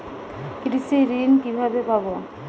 কৃষি ঋন কিভাবে পাব?